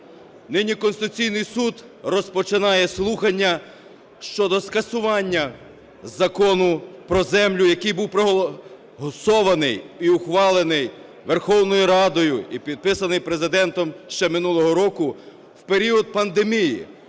Нині Конституційний Суд розпочинає слухання щодо скасування Закону про землю, який був проголосований і ухвалений Верховною Радою і підписаний Президентом ще минулого року, в період пандемії,